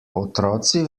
otroci